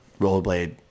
rollerblade